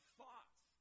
thoughts